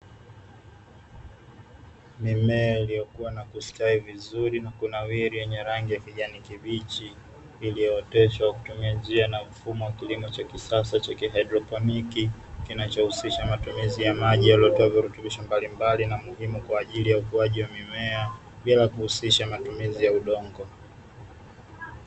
Mimea iliyokua na kustawi vizuri na kunawiri yenye rangi ya kijani kibichi iliyooteshwa kwa kutumia njia na mfumo wa kilimo cha kisasa cha kihaidroponi kinachohusisha matumizi ya maji yaliyotiwa virutubisho mbalimbali na muhimu kwa ajili ya ukuaji wa mimea bila kuhusisha matumizi ya udongo.